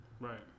Right